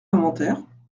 inventaire